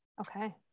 okay